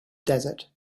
desert